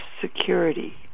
security